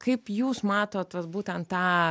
kaip jūs matot vat būtent tą